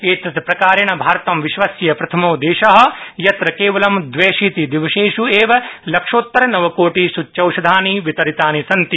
एतत्प्रकारेण भारतं विश्वस्य प्रथमो देश यत्र केवलं दवयशीति दिवसेष् एव लक्षोत्तरनवकोटिसूच्यौषधानि वितरितानि सन्ति